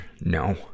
No